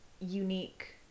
unique